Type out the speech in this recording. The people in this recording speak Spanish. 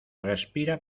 respira